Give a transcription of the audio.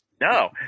No